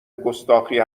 گستاخی